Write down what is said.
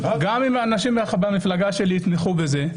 גם אם אנשים במפלגה שלי יתמכו בזה,